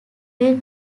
will